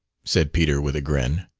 said peter, with a grin.